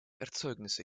erzeugnisse